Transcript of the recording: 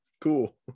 cool